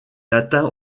atteint